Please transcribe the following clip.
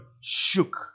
shook